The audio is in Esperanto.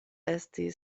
esti